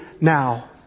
now